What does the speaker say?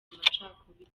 amacakubiri